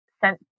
sent